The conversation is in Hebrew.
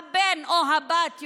הבן או הבת,